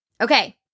Okay